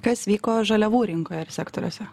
kas vyko žaliavų rinkoje ir sektoriuose